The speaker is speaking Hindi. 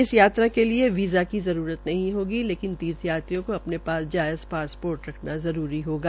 इस यात्रा के लिये वीज़ा की जरूरत नही होगी लेकिन तीर्थयात्रियों को अपने पास जायज़ पासपोर्ट रखना जरूरी होगा